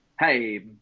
Hey